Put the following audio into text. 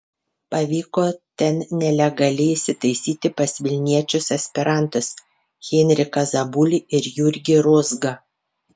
pavyko ten nelegaliai įsitaisyti pas vilniečius aspirantus henriką zabulį ir jurgį rozgą